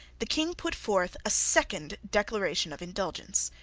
the king put forth a second declaration of indulgence.